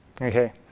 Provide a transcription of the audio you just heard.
Okay